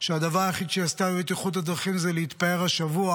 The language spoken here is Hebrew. שהדבר היחיד שעשתה בבטיחות בדרכים זה להתפאר השבוע